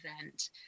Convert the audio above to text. event